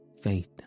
Faith